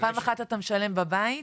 פעם אחת אתה משלם בבית,